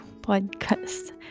podcast